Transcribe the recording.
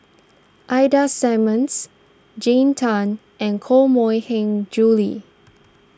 Ida Simmons Jean Tay and Koh Mui Hiang Julie